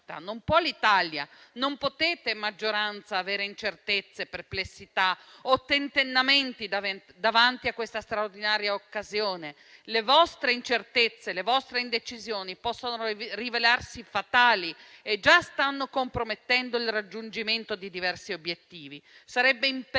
Non può l'Italia, non potete voi della maggioranza avere incertezze, perplessità o tentennamenti davanti a questa straordinaria occasione. Le vostre incertezze e le vostre indecisioni possono rivelarsi fatali e già stanno compromettendo il raggiungimento di diversi obiettivi. Sarebbe imperdonabile